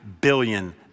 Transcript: billion